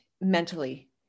mentally